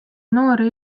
noori